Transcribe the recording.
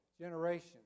generation